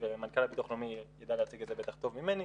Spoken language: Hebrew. ומנכ"ל הביטוח הלאומי ידע להציג את זה בטח טוב ממני.